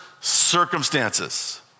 circumstances